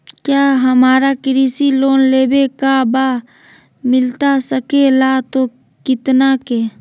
क्या हमारा कृषि लोन लेवे का बा मिलता सके ला तो कितना के?